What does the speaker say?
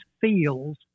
feels